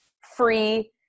free